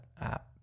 app